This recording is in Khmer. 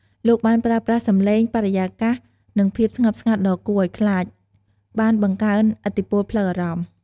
លោកបានប្រើប្រាស់សំឡេង បរិយាកាស និងភាពស្ងៀមស្ងាត់ដ៏គួរឱ្យខ្លាច បានបង្កើនឥទ្ធិពលផ្លូវអារម្មណ៍។